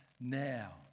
now